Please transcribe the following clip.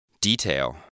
Detail